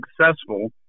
successful